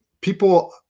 people